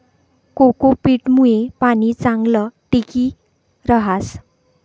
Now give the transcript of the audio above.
cocopeat मुये पाणी चांगलं टिकी रहास